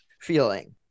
feeling